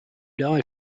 die